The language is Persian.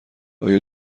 آیا